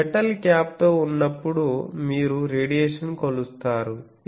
ఇది metal cap తో ఉన్నప్పుడు మీరు రేడియేషన్ కొలుస్తారు